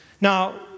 Now